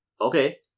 Okay